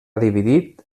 dividit